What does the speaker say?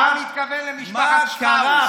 אני מתכוון למשפחת שטראוס.